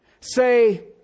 Say